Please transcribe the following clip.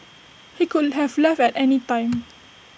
he could have left at any time